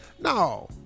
No